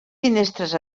finestres